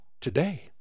today